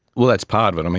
well, that's part but